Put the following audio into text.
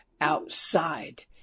outside